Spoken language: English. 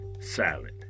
silent